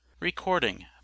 Recording